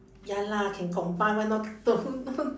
ya lah can combine [one] orh don't don't